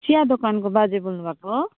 चिया दोकानको बाजे बोल्नु भएको हो